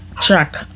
track